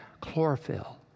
chlorophyll